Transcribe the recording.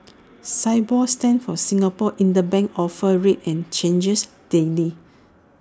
Sibor stands for Singapore interbank offer rate and changes daily